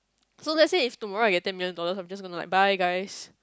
so let say if tomorrow I get ten million dollars I am just gonna like bye guys